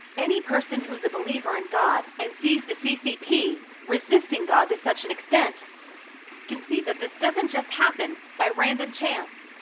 any person who's a believer in god and sees the ccp resisting god to such an extent can see that this doesn't just happen by random chance.